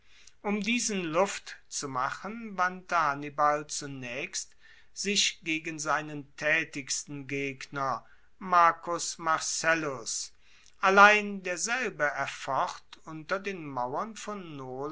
um diesen luft zu machen wandte hannibal zunaechst sich gegen seinen taetigsten gegner marcus marcellus allein derselbe erfocht unter den mauern von